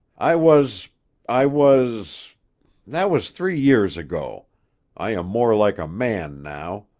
i was i was that was three years ago i am more like a man now.